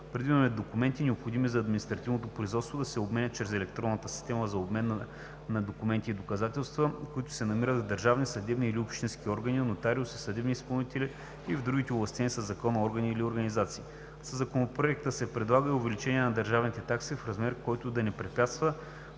Предвидено е документите, необходими в административното производство, да се обменят чрез електронна система за обмен на документи и доказателства, които се намират в държавни, съдебни или общински органи, нотариуси, съдебни изпълнители и в другите овластени със закон органи или организации. Със Законопроекта се предлага и увеличаване на държавните такси в размер, който да не препятства